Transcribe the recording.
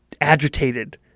agitated